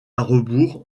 rebours